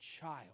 child